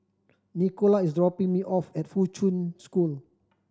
Nicola is dropping me off at Fuchun School